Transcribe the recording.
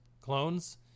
clones